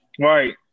right